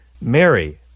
Mary